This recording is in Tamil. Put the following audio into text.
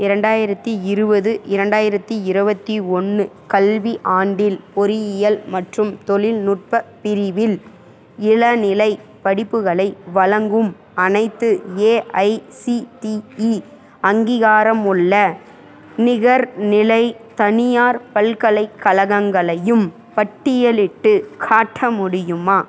இரண்டாயிரத்தி இருபது இரண்டாயிரத்தி இருபத்தி ஒன்று கல்வி ஆண்டில் பொறியியல் மற்றும் தொழில்நுட்ப பிரிவில் இளநிலைப் படிப்புகளை வழங்கும் அனைத்து ஏஐசிடிஇ அங்கீகாரமுள்ள நிகர்நிலை தனியார் பல்கலைக்கழகங்களையும் பட்டியலிட்டுக் காட்ட முடியுமா